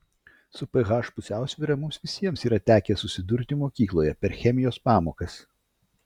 su ph pusiausvyra mums visiems yra tekę susidurti mokykloje per chemijos pamokas